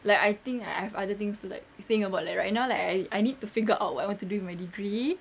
like I think I have other things to like think about like right now like like I need I need to figure out what I want to do with my degree